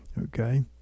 Okay